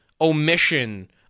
omission